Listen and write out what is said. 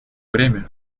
время